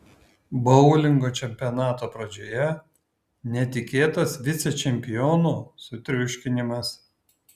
boulingo čempionato pradžioje netikėtas vicečempionų sutriuškinimas